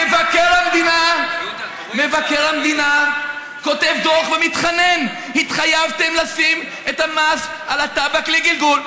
מבקר המדינה כותב דוח ומתחנן: התחייבתם לשים את המס על הטבק לגלגול,